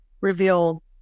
reveal